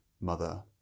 mother